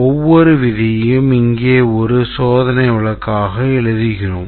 ஒவ்வொரு விதியையும் இங்கே ஒரு சோதனை வழக்காக எழுதுகிறோம்